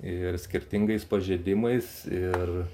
ir skirtingais pažeidimais ir